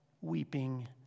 weeping